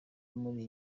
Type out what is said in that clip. muri